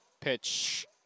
Pitch